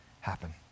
happen